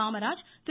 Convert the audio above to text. Kamaraj Thiru